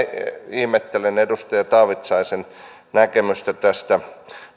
ihmettelen edustaja taavitsaisen näkemystä tästä